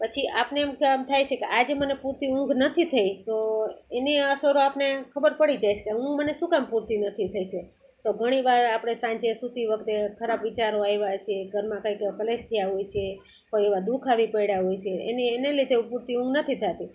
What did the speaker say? પછી આપને થાય છે કે આજે મને પૂરતી ઊંઘ નથી થઈ તો એની અસરો આપને ખબર પડી જાય છે કે ઊંઘ મને શું કામ પૂરતી નથી થઈ સે તો ઘણી વાર આપણે સાંજે સૂતી વખતે ખરાબ વિચારો આવ્યા છે ઘરમાં કાંઈક ક્લેશ થયા હોય છે કોઈ એવા દુખ આવી પડ્યા હોય સે એને એને લીધે પૂરતી ઊંઘ નથી થતી